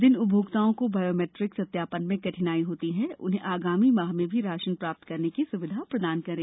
जिन उपभोक्ताओं को बायोमेट्रिक सत्यापन में कठिनाई होती है उन्हें आगामी माह में भी राशन प्राप्त करने की सुविधा प्रदान करें